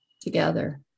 together